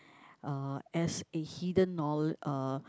uh as a hidden knowl~ uh